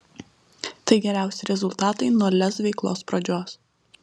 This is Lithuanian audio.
tai geriausi rezultatai nuo lez veiklos pradžios